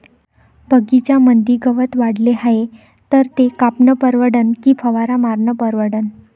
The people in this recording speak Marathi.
बगीच्यामंदी गवत वाढले हाये तर ते कापनं परवडन की फवारा मारनं परवडन?